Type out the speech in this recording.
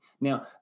Now